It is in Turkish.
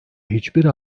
hiçbir